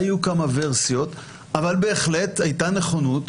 היו כמה ורסיות אבל בהחלט הייתה נכונות